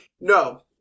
No